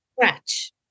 scratch